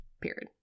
Period